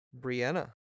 Brianna